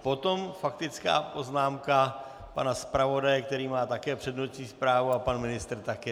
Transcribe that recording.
Potom faktická poznámka pana zpravodaje, který má také přednostní právo, a pan ministr také.